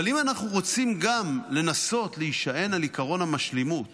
אבל אם אנחנו רוצים גם לנסות להישען על עקרון המשלימות